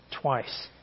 twice